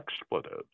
expletives